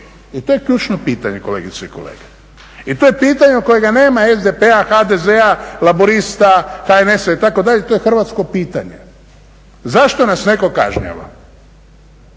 I to je ključno pitanje, kolegice i kolege. I to je pitanje od kojega nema SDP-a, HDZ-a, Laburista, HNS-a, itd., to je hrvatsko pitanje. Zašto nas netko kažnjava?